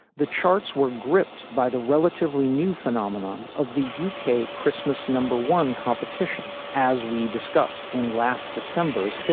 the charts were gripped by the relatively new phenomenon of the u k. christmas number one competition. as we discussed in last december's